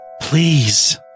Please